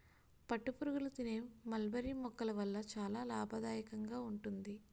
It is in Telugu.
పట్టుపురుగులు తినే మల్బరీ మొక్కల వల్ల చాలా లాభదాయకంగా ఉంది